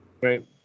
Right